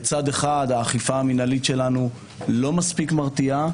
בצד אחד, האכיפה המינהלית שלנו לא מספיק מרתיעה.